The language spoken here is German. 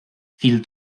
fiel